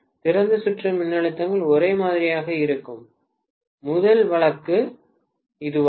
திறந்த சுற்று மின்னழுத்தங்கள் ஒரே மாதிரியாக இருக்கும் முதல் வழக்கு இதுவாகும்